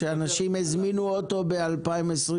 אתה יודע שאנשים הזמינו אוטו ב-2022,